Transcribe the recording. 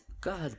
God